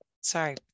Sorry